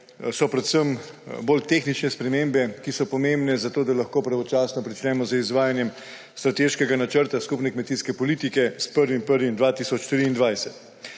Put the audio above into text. so predvsem bolj tehnične spremembe, ki so pomembne zato, da lahko pravočasno začnemo z izvajanjem Strateškega načrta skupne kmetijske politike s 1. 1. 2023.